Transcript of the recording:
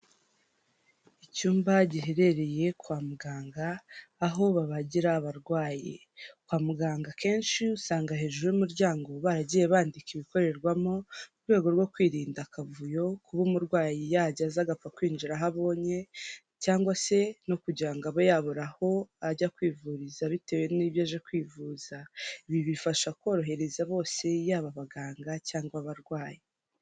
Icyumba giherereye kwa muganga aho babagira abarwayi. Kwa muganga akenshi usanga hejuru y'umuryango baragiye bandika ibikorerwamo, mu rwego rwo kwirinda akavuyo, kuba umurwayi yajya aza agapfa kwinjira aho abonye cyangwa se no kugira ngo abe yabura aho ajya kwivuriza bitewe n'ibyo aje kwivuza. Ibi bifasha korohereza bose yaba abaganga cyangwa abarwayi.